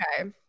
Okay